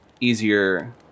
easier